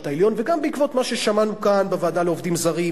העליון וגם בעקבות מה ששמענו כאן בוועדה לעובדים זרים,